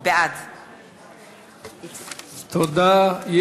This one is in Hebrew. בעד תודה.